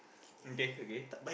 okay okay